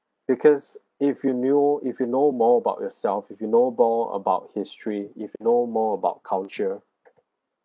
because if you knew if you know more about yourself if you know more about history if you know more about culture